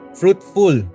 fruitful